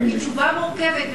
התשובה מורכבת,